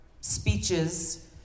speeches